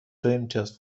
دوامتیاز